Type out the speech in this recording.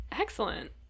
Excellent